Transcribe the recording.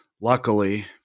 luckily